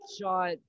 shot